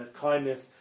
kindness